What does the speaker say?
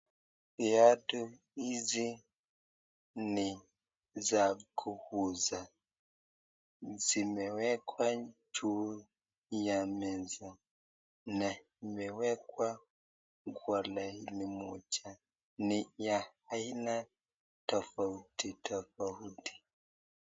Viatu hizi ni za kuuza. Zimewekwa juu ya meza na imewekwa kwa laini moja. Ni ya aina tofauti tofauti.